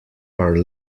are